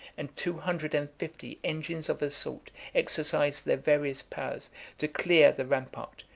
and two hundred and fifty engines of assault exercised their various powers to clear the rampart,